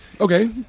Okay